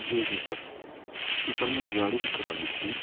جی جی سر تو سر مجھے گاڑی بک کرانی تھی